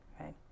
right